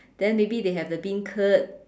then maybe they have the beancurd